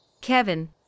Kevin